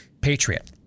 patriot